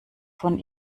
von